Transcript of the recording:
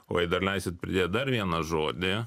o jei dar leisit pridėt dar vieną žodį